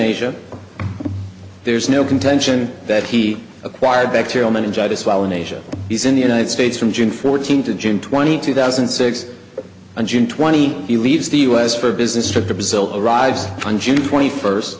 asia there's no contention that he acquired bacterial meningitis while in asia he's in the united states from june fourteenth to june twenty two thousand six hundred twenty he leaves the us for a business trip to brazil to arrives on june twenty first